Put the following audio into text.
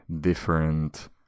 different